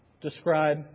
describe